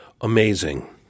amazing